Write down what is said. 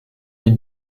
est